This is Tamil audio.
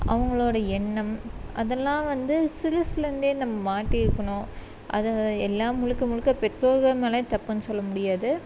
அவங்களோட எண்ணம் அதெல்லாம் வந்து சிறுசுலேருந்தே நம்ம மாற்றிருக்கணும் அதை எல்லாம் முழுக்க முழுக்க பெற்றோர்கள் மேலே தப்புன்னு சொல்ல முடியாது